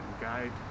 guide